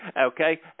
okay